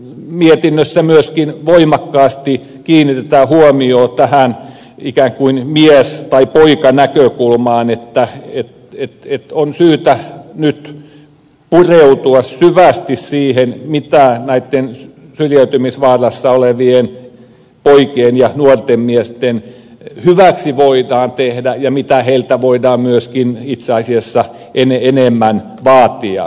mietinnössä myöskin voimakkaasti kiinnitetään huomiota ikään kuin mies tai poika näkökulmaan eli on syytä nyt pureutua syvästi siihen mitä näitten syrjäytymisvaarassa olevien poikien ja nuorten miesten hyväksi voidaan tehdä ja mitä heiltä voidaan myöskin itse asiassa enemmän vaatia